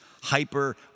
hyper